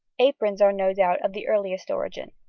aprons are no doubt of the earliest origin.